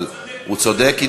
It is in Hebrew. הוא צודק.